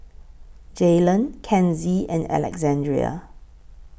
Jaylan Kenzie and Alexandrea